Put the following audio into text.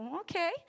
okay